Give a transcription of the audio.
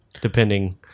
depending